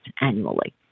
annually